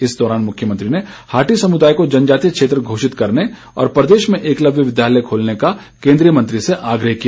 इस दौरान मृख्यमंत्री ने हाटी समृदाय को जनजातीय क्षेत्र घोषित करने और प्रदेश में एकलव्य विद्यालय खोलने का केन्द्रीय मंत्री से आग्रह किया